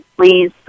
Please